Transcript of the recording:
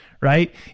right